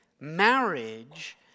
marriage